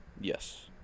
Yes